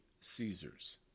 Caesars